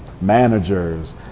managers